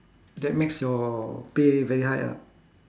that makes your pay very high ah